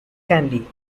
candy